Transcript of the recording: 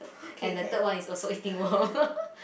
and the third one is also eating worm